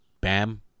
bam